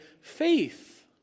faith